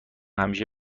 همیشه